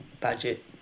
budget